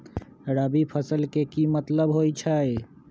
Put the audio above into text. रबी फसल के की मतलब होई छई?